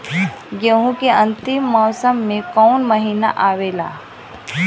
गेहूँ के अंतिम मौसम में कऊन महिना आवेला?